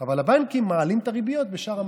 אבל הבנקים מעלים את הריביות בשאר המסלולים.